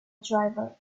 driver